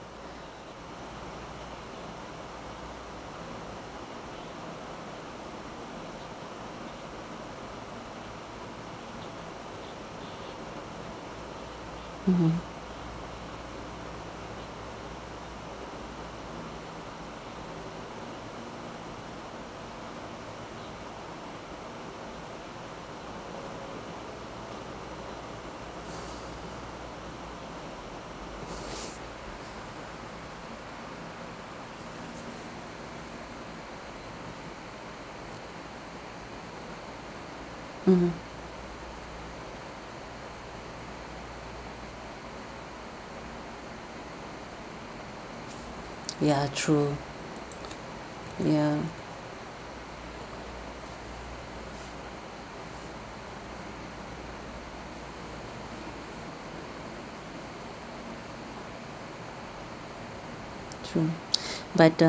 mmhmm mmhmm ya true ya true but uh